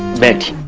mic